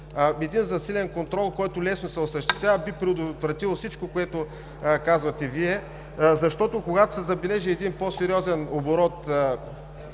лесно. Засилен контрол, който лесно се осъществява, би предотвратил всичко, което казвате Вие, защото, когато се забележи по-сериозен оборот